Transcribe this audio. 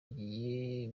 bagiye